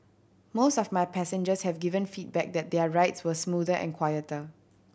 most of my passengers have given feedback that their rides were smoother and quieter